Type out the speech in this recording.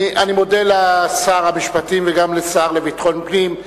אני מודה לשר המשפטים וגם לשר לביטחון פנים.